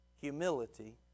humility